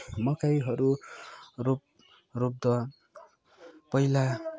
मकैहरू रोप रोप्दा पहिला